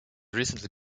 recently